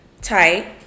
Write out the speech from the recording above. tight